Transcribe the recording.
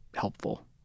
helpful